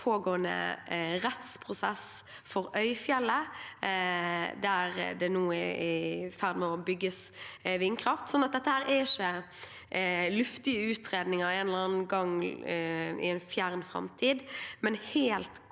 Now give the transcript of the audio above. pågående rettsprosess for Øyfjellet, der det nå er i ferd med å bygges ut vindkraft, så dette er ikke luftige utredninger en eller annen gang i en fjern framtid, men helt